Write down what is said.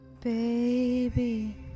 baby